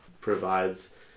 provides